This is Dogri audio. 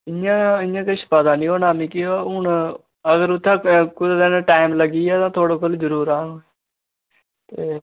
इ'यां इ'यां किश पता नी होना मिगी हून अगर उत्थें कुसै बेल्लै टैम लग्गी गेआ तां थुआढ़े कोल जरूर औङ